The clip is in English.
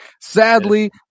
Sadly